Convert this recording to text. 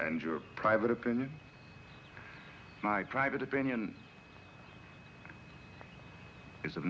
and your private opinion my private opinion is